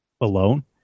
alone